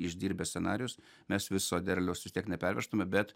išdirbę scenarijus mes viso derliaus vis tiek nepervežtume bet